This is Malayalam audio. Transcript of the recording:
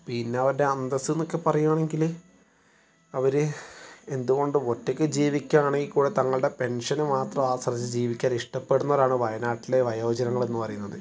പിന്നെ അവരുടെ അന്തസ്സ് എന്നൊക്കെ പറയുവാണെങ്കിൽ അവർ എന്തുകൊണ്ടും ഒറ്റക്ക് ജീവിക്കാണെങ്കിൽ കൂടെ തങ്ങളുടെ പെൻഷന് മാത്രം ആശ്രയിച്ച് ജീവിക്കാൻ ഇഷ്ട്ടപ്പെടുന്നൊരാണ് വയനാട്ടിലെ വയോജനങ്ങൾ എന്ന് പറയുന്നത്